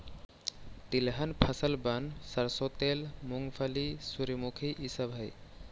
तिलहन फसलबन सरसों तेल, मूंगफली, सूर्यमुखी ई सब हई